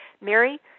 Mary